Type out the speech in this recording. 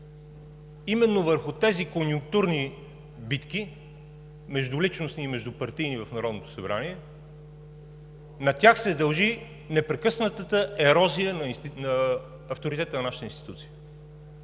Именно върху тези конюнктурни битки – междуличностни и междупартийни в Народното събрание, се дължи непрекъснатата ерозия на авторитета на нашата институция.